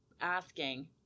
asking